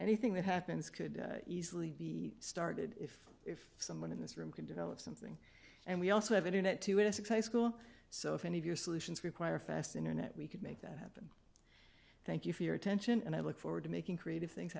anything that happens could easily be started if if someone in this room can develop something and we also have internet to ask high school so if any of your solutions require a fast internet we could make that happen thank you for your attention and i look forward to making creative things